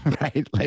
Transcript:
right